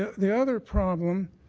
the other problem,